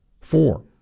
four